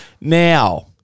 Now